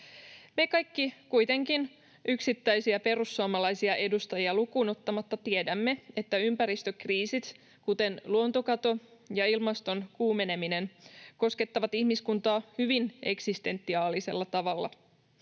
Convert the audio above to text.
Me kaikki kuitenkin, yksittäisiä perussuomalaisia edustajia lukuun ottamatta, tiedämme, että ympäristökriisit, kuten luontokato ja ilmaston kuumeneminen, koskettavat ihmiskuntaa hyvin eksistentiaalisella tavalla.